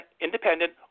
Independent